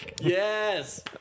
Yes